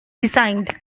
designed